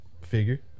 figure